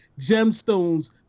Gemstones